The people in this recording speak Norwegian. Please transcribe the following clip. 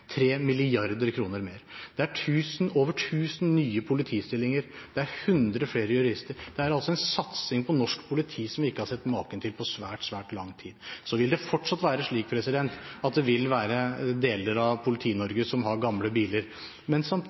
mer. Det er over tusen nye politistillinger, det er hundre flere jurister, det er altså en satsing på norsk politi som vi ikke har sett maken til på svært lang tid. Så vil det fortsatt være slik at det vil være deler av Politi-Norge som har gamle biler, men